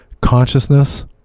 consciousness